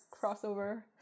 crossover